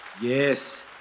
Yes